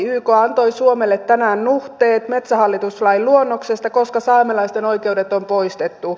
yk antoi suomelle tänään nuhteet metsähallituslain luonnoksesta koska saamelaisten oikeudet on poistettu